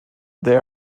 they